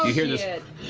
hear this as